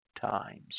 times